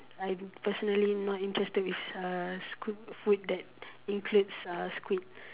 I personally not interested with uh sq~ food that includes uh squid